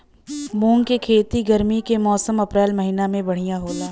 मुंग के खेती गर्मी के मौसम अप्रैल महीना में बढ़ियां होला?